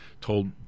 told